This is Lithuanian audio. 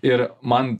ir man